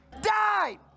died